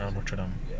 notre dame